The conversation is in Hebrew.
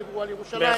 דיברו על ירושלים.